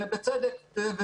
ובצדק,